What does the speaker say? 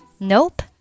Nope